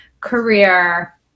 career